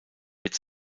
wird